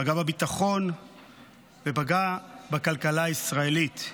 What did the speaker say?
פגע בביטחון ופגע בכלכלה הישראלית.